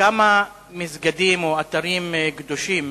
כמה מסגדים או אתרים קדושים,